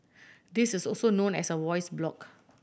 this is also known as a voice blog